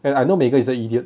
and I know megan is a idiot